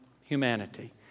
humanity